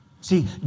See